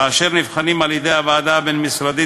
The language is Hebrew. ואשר נבחנים על-ידי הוועדה הבין-משרדית,